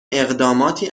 اقداماتی